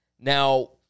Now